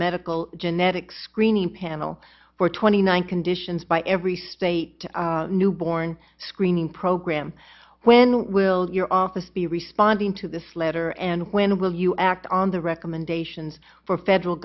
medical genetics screening panel for twenty one conditions by every state newborn screening program when will your office be responding to this letter and when will you act on the recommendations for federal